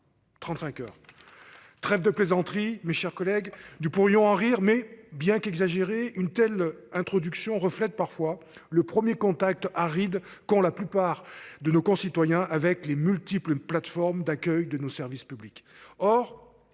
35 heures. Trêve de plaisanterie, mes chers collègues du pourrions en rire mais bien qu'exagérée. Une telle introduction reflète parfois le 1er contact aride quand la plupart de nos concitoyens avec les multiples une plateforme d'accueil de nos services publics.